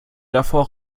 davor